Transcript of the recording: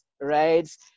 right